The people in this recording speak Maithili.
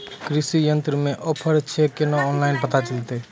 कृषि यंत्र मे की ऑफर छै केना ऑनलाइन पता चलतै?